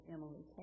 Emily